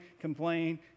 complain